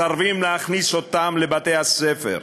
מסרבים להכניס אותם לבתי-הספר,